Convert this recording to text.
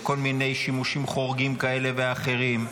בכל מיני שימושים חורגים כאלה ואחרים.